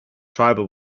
tribal